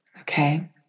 okay